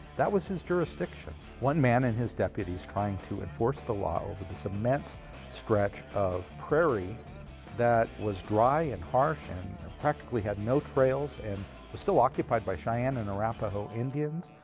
that was his jurisdiction. one man and his deputies trying to enforce the law over this immense stretch of prairie that was dry and harsh and practically had no trails and was still occupied by cheyenne and arapaho indians.